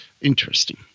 Interesting